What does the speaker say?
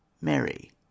mary